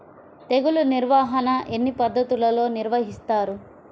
తెగులు నిర్వాహణ ఎన్ని పద్ధతులలో నిర్వహిస్తారు?